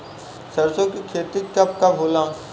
सरसों के खेती कब कब होला?